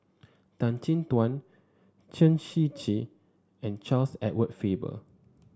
Tan Chin Tuan Chen Shiji and Charles Edward Faber